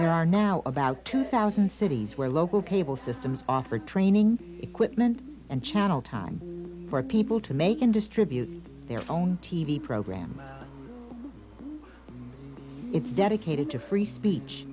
there are now about two thousand cities where local cable systems offer training equipment and channel time for people to make and distribute their own t v programs it's dedicated to free speech